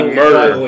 murder